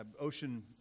ocean